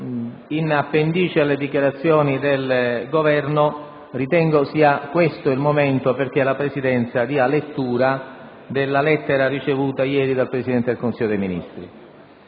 in appendice alle dichiarazioni del rappresentante del Governo, ritengo sia questo il momento perché la Presidenza dia lettura della lettera ricevuta ieri dal Presidente del Consiglio dei ministri.